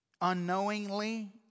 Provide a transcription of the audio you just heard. unknowingly